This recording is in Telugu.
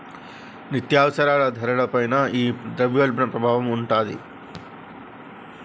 నిత్యావసరాల ధరల పైన ఈ ద్రవ్యోల్బణం ప్రభావం ఉంటాది